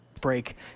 break